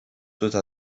toute